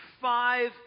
five